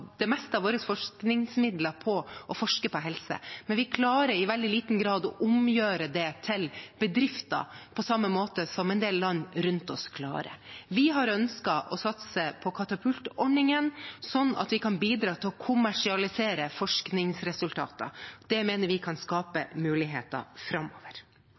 det meste av våre forskningsmidler på å forske på helse, men vi klarer i veldig liten grad å omgjøre det til bedrifter på samme måte som en del land rundt oss klarer det. Vi har ønsket å satse på katapultordningen, så vi kan bidra til å kommersialisere forskningsresultater. Det mener vi kan skape muligheter framover.